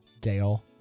Dale